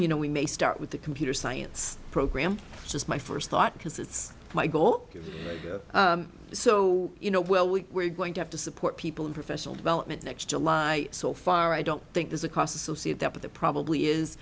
you know we may start with the computer science program just my first thought because it's my goal so you know well we're going to have to support people in professional development next july so far i don't think there's a cost associate that with the probably is